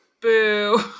Boo